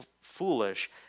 foolish